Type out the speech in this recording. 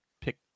pick